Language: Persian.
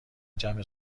جمع